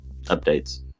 updates